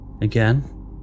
Again